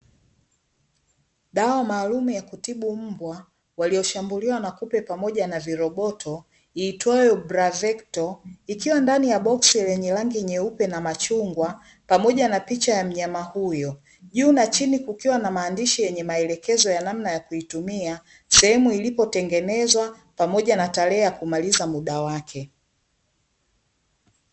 Dawa maalum ya kutibu mbwa walioshambuliwa na kupe pamoja na viroboto iitwayo: Bravecto ikiwa ndani ya boksi lenye rangi nyeupe na machungwa, pamoja na picha ya mnyama huyo. Juu na chini kukiwa na maandishi yenye maelekezo ya namna ya kuitumia, sehemu ilipotengenezwa, pamoja na tarehe ya kumaliza muda wake.